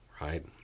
right